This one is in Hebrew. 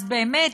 אז באמת,